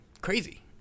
crazy